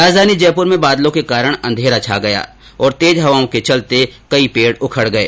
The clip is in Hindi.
राजधानी जयपुर में बादलों के कारण अंधेरा छा गया और तेज हवाओं के चलते कई पेड़ उखड़ गए